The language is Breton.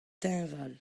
teñval